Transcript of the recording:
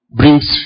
brings